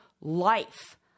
life